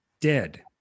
Dead